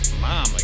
Mama